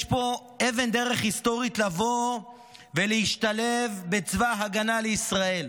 יש פה אבן דרך היסטורית לבוא ולהשתלב בצבא ההגנה לישראל,